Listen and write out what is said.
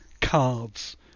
cards